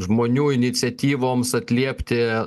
žmonių iniciatyvoms atliepti